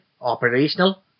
operational